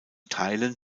teilen